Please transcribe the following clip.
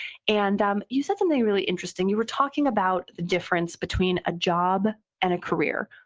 and um you said something really interesting. you were talking about the difference between a job and a career,